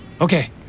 Okay